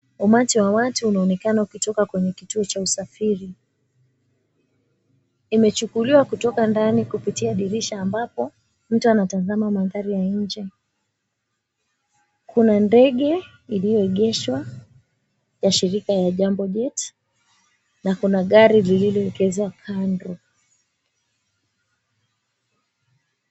Umati wa watu unaonekana ukitoka kwenye kituo cha usafiri. Imechukuliwa kutoka ndani kupitia dirisha, ambapo mtu anatazama mandhari ya nje. Kuna ndege iliyoegeshwa ya shirika ya Jambo Jet, na kuna gari lililoegezwa kando.